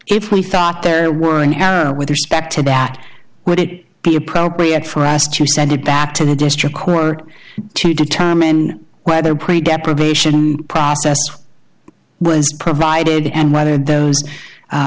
if we thought there were an error with respect to that would it be appropriate for us to send it back to the district court to determine whether pray get probation process was provided and whether those